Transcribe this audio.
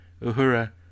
Uhura